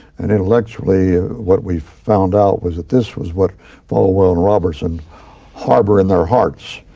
and intellectually what we found out was that this was what falwell and robertson harbor in their hearts,